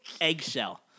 eggshell